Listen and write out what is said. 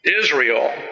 Israel